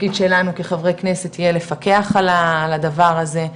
התפקיד שלנו כחברי כנסת יהיה לפקח על הדבר הזה.